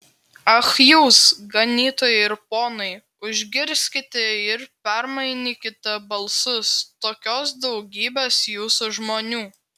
ach jūs ganytojai ir ponai užgirskite ir permainykite balsus tokios daugybės jūsų žmonių